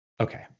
okay